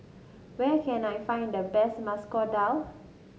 where can I find the best Masoor Dal